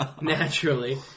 naturally